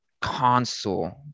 console